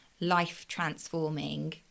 life-transforming